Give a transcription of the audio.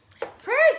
prayers